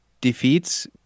defeats